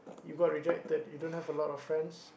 you got rejected you don't have a lot of friends